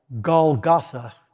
Golgotha